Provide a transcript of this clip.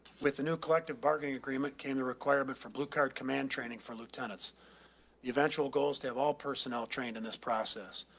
new collective bargaining agreement came to requirement for blue card command training for lieutenants. the eventual goal is to have all personnel trained in this process.